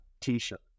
T-shirt